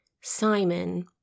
Simon